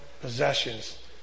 possessions